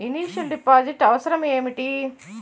Initial deposit అవసరం ఏమిటి?